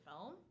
film